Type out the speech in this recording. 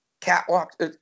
catwalk